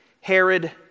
Herod